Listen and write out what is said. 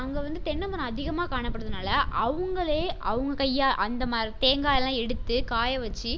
அங்கே வந்து தென்னை மரம் அதிகமாக காணப்படுறதனால் அவங்களே அவங்கள் கையா அந்த மர தேங்காய்லாம் எடுத்து காய வச்சு